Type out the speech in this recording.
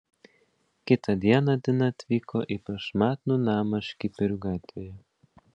kitą dieną dina atvyko į prašmatnų namą škiperių gatvėje